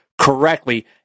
correctly